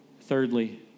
thirdly